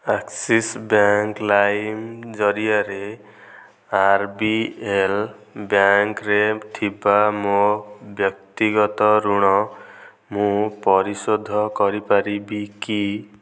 Axis bank Lime ଜରିଆରେ R B L ବ୍ୟାଙ୍କ୍ରେ ଥିବା ମୋ ବ୍ୟକ୍ତିଗତ ଋଣ ମୁଁ ପରିଶୋଧ କରିପାରିବି କି